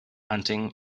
hunting